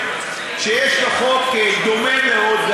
שיש לו חוק דומה מאוד,